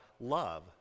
love